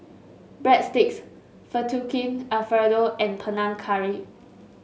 Breadsticks Fettuccine Alfredo and Panang Curry